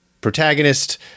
protagonist